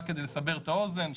רק כדי לסבר את האוזן,